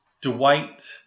Dwight